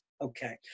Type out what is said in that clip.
okay